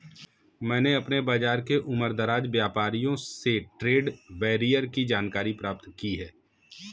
मैंने अपने बाज़ार के उमरदराज व्यापारियों से ट्रेड बैरियर की जानकारी प्राप्त की है